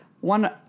one